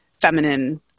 feminine